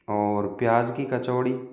और प्याज की कचौड़ी